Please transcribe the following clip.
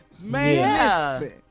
Man